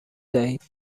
دهید